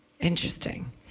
interesting